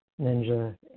Ninja